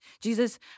Jesus